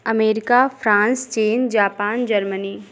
America France चीन Japan Germany